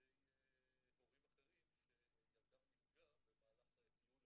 ידי הורים אחרים שילדם נפגע במהלך טיול,